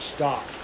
Stop